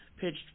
pitched